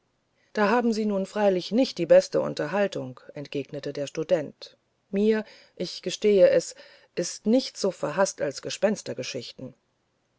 da haben sie nun freilich nicht die beste unterhaltung entgegnete der student mir ich gestehe es ist nichts so verhaßt als